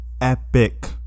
epic